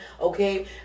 okay